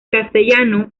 castellano